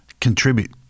contribute